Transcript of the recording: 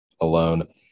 alone